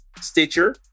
Stitcher